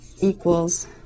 equals